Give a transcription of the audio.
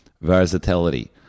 Versatility